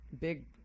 big